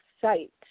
site